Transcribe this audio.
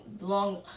long